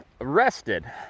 arrested